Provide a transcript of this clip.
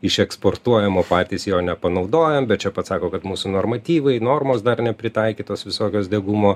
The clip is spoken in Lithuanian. išeksportuojamo patys jo nepanaudojam bet čia pat sako kad mūsų normatyvai normos dar nepritaikytos visokios degumo